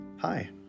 Hi